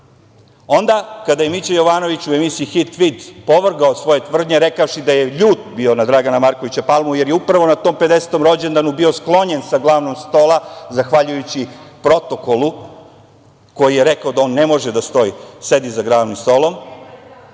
kada je Mića Jovanović u emisiji „Hit tvit“, opovrgao svoje tvrdnje rekavši da je ljut bio na Dragana Markovića Palmu, jer je upravo na tom pedesetom rođendanu bio sklonjen sa glavnog stola zahvaljujući protokolu koji je rekao da on ne može da sedi za glavnim stolom